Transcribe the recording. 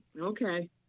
Okay